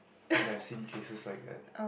because I've seen cases like that